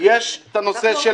יש את הנושא של